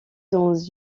dans